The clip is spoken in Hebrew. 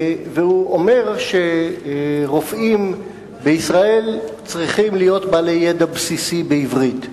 והוא אומר שרופאים בישראל צריכים להיות בעלי ידע בסיסי בעברית.